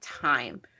time